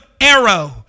arrow